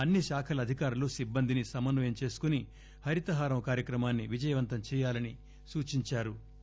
అన్ని శాఖల అధికారులు సిబ్బందిని సమన్వయం చేసుకుని హరితహారం కార్యక్రమాన్ని విజయవంతం చేయాలని సూచించారు